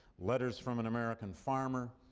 letters from an american farmer,